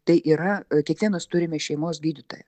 tai yra kiekvienas turime šeimos gydytoją